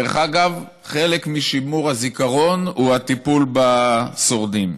דרך אגב, חלק משימור הזיכרון הוא הטיפול בשורדים.